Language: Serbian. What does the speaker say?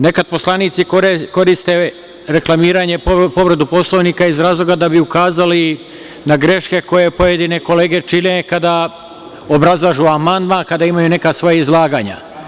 Nekad poslanici koriste reklamiranje, povredu Poslovnika iz razloga da bi ukazali na greške koje pojedine kolege čine kada obrazlažu amandman, kada imaju neka svoja izlaganja.